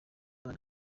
bana